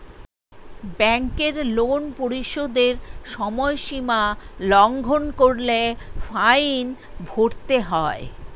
ব্যাংকের লোন পরিশোধের সময়সীমা লঙ্ঘন করলে ফাইন ভরতে হয়